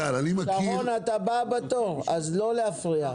שרון, את הבאה בתור, אז לא להפריע.